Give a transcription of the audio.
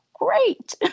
great